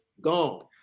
gone